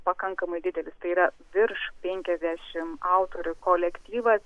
pakankamai didelis tai yra virš penkiasdešimt autorių kolektyvas